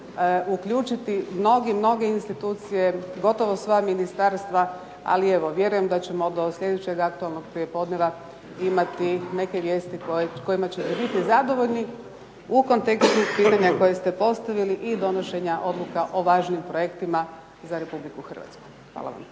uključiti mnoge, mnoge institucije, gotovo sva ministarstva. Ali evo, vjerujem da ćemo do sljedećeg aktualnog prijepodneva imati neke vijesti kojima ćete biti zadovoljni u kontekstu pitanja koje ste postavili i donošenja odluka o važnim projektima za Republiku Hrvatsku. Hvala vam.